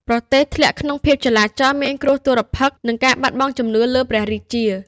ប្រទេសធ្លាក់ក្នុងភាពចលាចល មានគ្រោះទុរ្ភិក្ស និងការបាត់បង់ជំនឿលើព្រះរាជា។